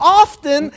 often